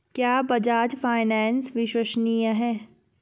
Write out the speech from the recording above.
क्या बजाज फाइनेंस विश्वसनीय है?